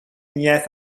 نیت